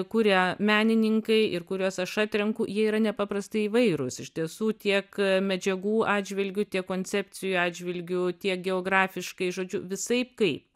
kuria menininkai ir kuriuos aš atrenku jie yra nepaprastai įvairūs iš tiesų tiek medžiagų atžvilgiu tiek koncepcijų atžvilgiu tiek geografiškai žodžiu visaip kaip